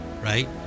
right